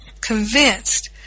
convinced